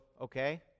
okay